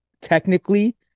technically